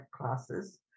classes